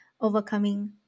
overcoming